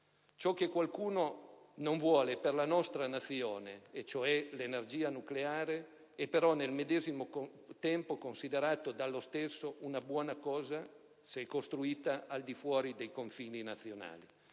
Ciò che qualcuno non vuole per la nostra Nazione, ossia l'energia nucleare, è però dal medesimo considerato una buona cosa se prodotta al di fuori dei confini nazionali;